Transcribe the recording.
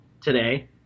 today